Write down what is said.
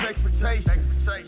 expectations